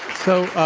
so